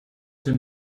dem